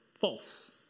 false